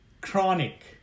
chronic